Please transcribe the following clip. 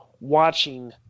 watching